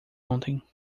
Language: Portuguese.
ontem